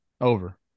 over